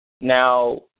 Now